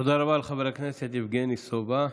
תודה רבה לחבר הכנסת יבגני סובה.